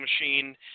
machine